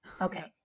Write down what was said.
Okay